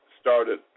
started